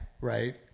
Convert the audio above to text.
Right